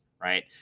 right